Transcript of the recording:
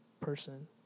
person